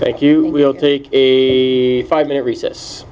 thank you we'll take a five minute recess